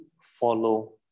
follow